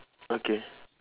okay